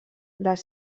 les